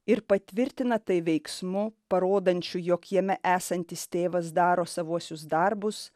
ir patvirtina tai veiksmu parodančiu jog jame esantis tėvas daro savuosius darbus